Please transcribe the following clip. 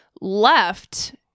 left